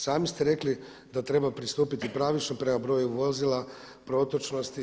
Sami ste rekli da treba pristupiti pravično prema broju vozila, protočnosti.